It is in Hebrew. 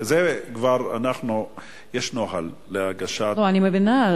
יש נוהל להגשת, לא, אני מבינה.